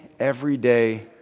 everyday